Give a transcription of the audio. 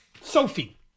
Sophie